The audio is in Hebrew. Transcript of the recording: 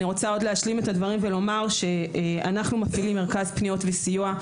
אני רוצה להשלים את הדברים ולומר שאנחנו מקימים מרכז פניות וסיוע.